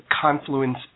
confluence